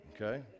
okay